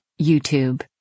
YouTube